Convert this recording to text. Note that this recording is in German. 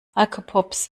alkopops